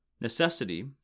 Necessity